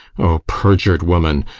o perjur'd woman!